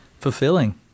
Fulfilling